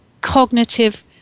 cognitive